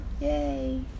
Yay